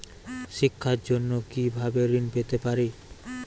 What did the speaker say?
শিক্ষার জন্য কি ভাবে ঋণ পেতে পারি?